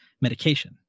medication